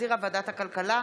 שהחזירה ועדת הכלכלה,